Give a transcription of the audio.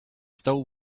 still